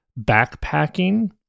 backpacking